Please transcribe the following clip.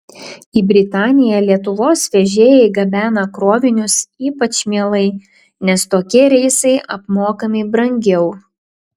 į britaniją lietuvos vežėjai gabena krovinius ypač mielai nes tokie reisai apmokami brangiau